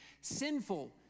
sinful